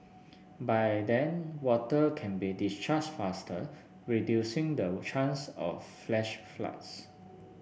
by then water can be discharged faster reducing the chance of flash floods